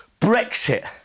Brexit